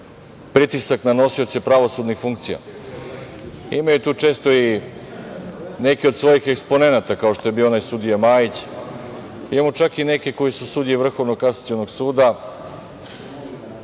pritisak na nosioce pravosudnih funkcija. Imaju tu često i neke od svojih eksponenata, kao što je bio onaj sudija Majić, imamo čak i neke koji su sudije Vrhovnog kasacionog suda.